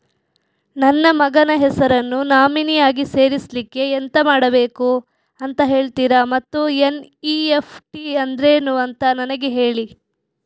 ನನ್ನ ಮಗನ ಹೆಸರನ್ನು ನಾಮಿನಿ ಆಗಿ ಸೇರಿಸ್ಲಿಕ್ಕೆ ಎಂತ ಮಾಡಬೇಕು ಅಂತ ಹೇಳ್ತೀರಾ ಮತ್ತು ಎನ್.ಇ.ಎಫ್.ಟಿ ಅಂದ್ರೇನು ಅಂತ ನನಗೆ ಹೇಳಿ